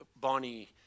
Bonnie